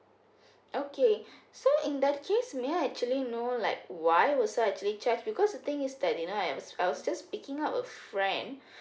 okay so in that case may I actually know like why was I actually charge because the thing is that you know I am I was just picking up a friend